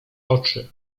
oczy